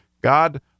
God